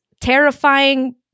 terrifying